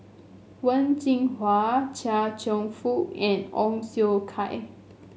Wen Jinhua Chia Cheong Fook and Ong Siong Kai